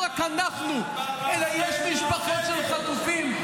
לא רק אנחנו, אלא יש משפחות של חטופים,